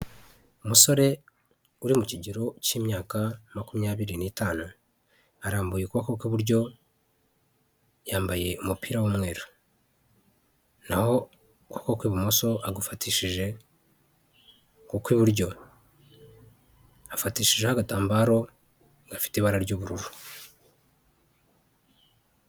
Umusore uri mu kigero cy'imyaka makumyabiri n'itanu, arambuye ukuboko kw'iburyo yambaye umupira w'umweru, naho ukuboko kw'ibumoso agufatishije kuki buryo afatishijeho agatambaro gafite ibara ry'ubururu.